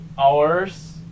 hours